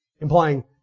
implying